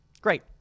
Great